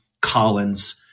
Collins